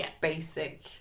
basic